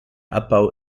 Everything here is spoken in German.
abbau